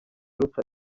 ruca